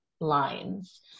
lines